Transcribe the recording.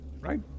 right